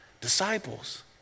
Disciples